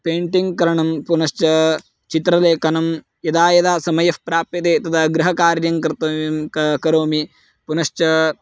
painting करणं पुनश्च चित्रलेखनं यदा यदा समयः प्राप्यते तदा गृहकार्यं कर्तव्यं का करोमि पुनश्च